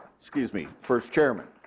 excuse me first chairman.